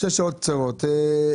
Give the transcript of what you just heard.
קודם כל,